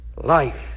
life